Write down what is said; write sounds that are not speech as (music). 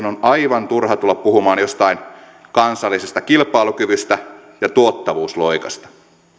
(unintelligible) on aivan turha tulla puhumaan jostain kansallisesta kilpailukyvystä ja tuottavuusloikasta